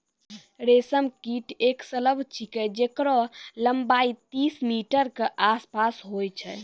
रेशम कीट एक सलभ छिकै जेकरो लम्बाई तीस मीटर के आसपास होय छै